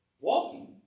Walking